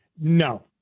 no